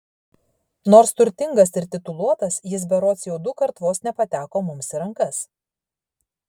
nors turtingas ir tituluotas jis berods jau dukart vos nepateko mums į rankas